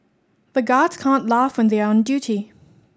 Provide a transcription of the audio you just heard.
the guards can't laugh when they are on duty